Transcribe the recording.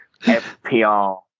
FPR